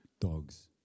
dogs